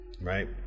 right